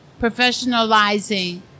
professionalizing